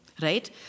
right